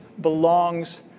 belongs